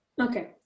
Okay